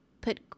put